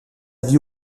vie